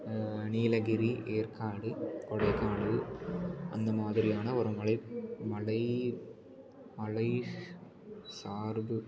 நீலகிரி ஏற்காடு கொடைக்கானல் அந்த மாதிரியான ஒரு மலை மலை மலை சார்பு